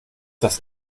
das